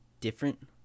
different